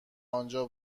آنجا